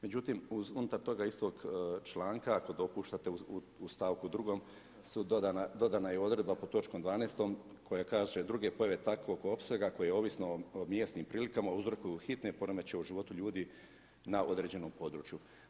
Međutim uz unutar toga istog članka, ako dopuštate u stavku 2. su dodana je odredba pod točkom 12 koja kaže druge pojave takvog opsega koje ovisno o mjesnim prilikama uzrokuju hitne poremećaje u životu ljudi na određenom području.